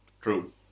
True